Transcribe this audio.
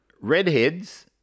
Redheads